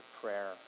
prayer